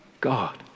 God